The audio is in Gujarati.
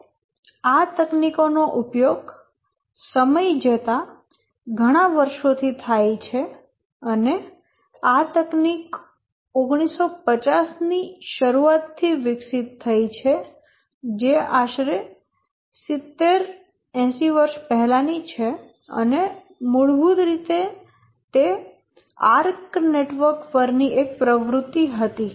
તો આ તકનીકો નો ઉપયોગ સમય જતાં ઘણા વર્ષોથી થાય છે અને આ તકનીક 1950 ની શરૂઆત થી વિકસિત થઈ છે જે આશરે 70 80 વર્ષ પહેલાની છે અને મૂળભૂત રીતે તે આર્ક નેટવર્ક પરની એક પ્રવૃત્તિ હતી